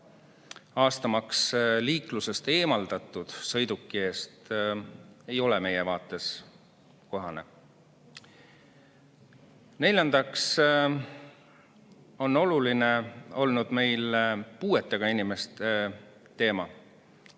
Aastamaks liiklusest eemaldatud sõiduki eest ei ole meie arvates kohane. Neljandaks on meile olnud oluline puuetega inimeste teema,